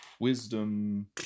Wisdom